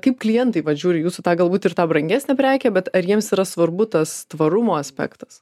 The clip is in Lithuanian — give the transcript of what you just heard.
kaip klientai vat žiūri jūsų tą galbūt ir tą brangesnę prekę bet ar jiems yra svarbu tas tvarumo aspektas